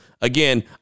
Again